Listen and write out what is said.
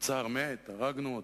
הצאר מת, הרגנו אותו,